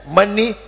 money